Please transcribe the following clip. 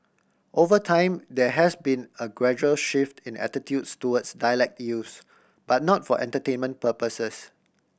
over time there has been a gradual shift in attitudes towards dialect use but not for entertainment purposes